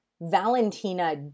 Valentina